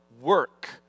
work